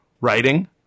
writing